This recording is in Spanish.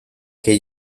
que